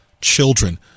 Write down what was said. Children